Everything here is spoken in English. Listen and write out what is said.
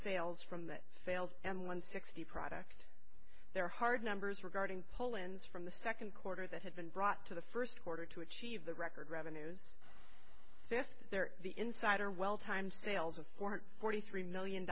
sales from that failed and one sixty product their hard numbers regarding poland's from the second quarter that had been brought to the first quarter to achieve the record revenues fifth there the insider well time sales of forty three million